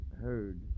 heard